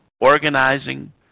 organizing